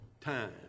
time